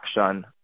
action